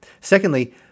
Secondly